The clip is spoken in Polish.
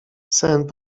sen